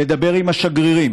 לדבר עם השגרירים,